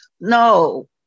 No